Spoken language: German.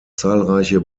zahlreiche